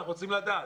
אנחנו רוצים לדעת.